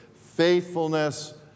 faithfulness